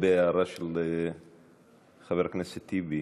לגבי הערה של חבר הכנסת טיבי.